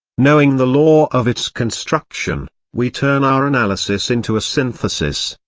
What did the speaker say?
knowing the law of its construction, we turn our analysis into a synthesis,